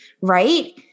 right